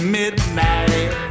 midnight